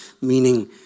meaning